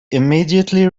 immediately